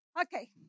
Okay